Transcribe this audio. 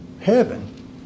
heaven